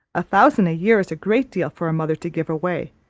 a thousand a-year is a great deal for a mother to give away,